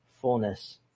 fullness